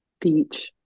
Beach